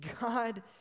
God